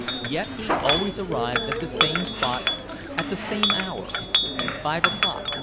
yet he always arrived at the same spot at the same hour five o'clock.